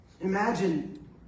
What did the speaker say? Imagine